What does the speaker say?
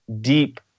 deep